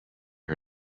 her